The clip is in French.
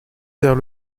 vers